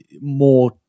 more